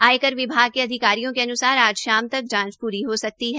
आयकर विभाग के अधिकारियों के अनुसार आज शाम तक जांच प्री हो सकती है